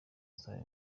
ziri